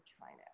China